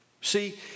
See